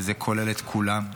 וזה כולל את כולם.